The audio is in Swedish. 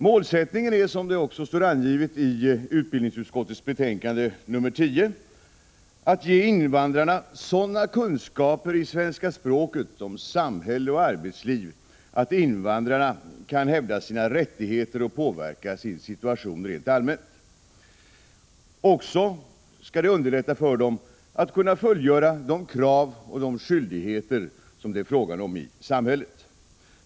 Målsättningen är, som det också står angivet i utbildningsutskottets betänkande 10, att ge invandrarna sådana kunskaper i svenska språket och om samhälle och arbetsliv att invandrarna kan hävda sina rättigheter och påverka sin situation rent allmänt. Kunskaperna skall också underlätta för dem att uppfylla de krav och fullfölja de skyldigheter som det är fråga om i samhället.